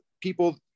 people